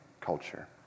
culture